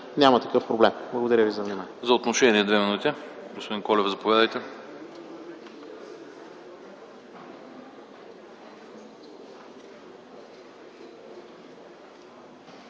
няма такъв проблем. Благодаря ви за вниманието.